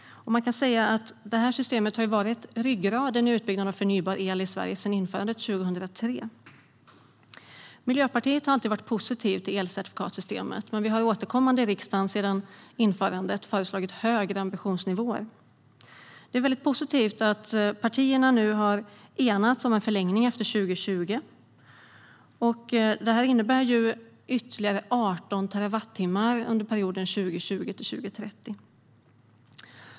Man kan säga att det här systemet har varit ryggraden i utbyggnaden av förnybar el i Sverige sedan införandet 2003. Miljöpartiet har alltid varit positivt till elcertifikatssystemet, men vi har återkommande i riksdagen sedan införandet föreslagit högre ambitionsnivåer. Det är väldigt positivt att partierna nu har enats om en förlängning efter år 2020. Det här innebär ytterligare 18 terawattimmar under perioden 2020-2030.